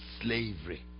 slavery